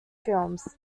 films